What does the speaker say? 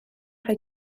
rhoi